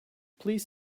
please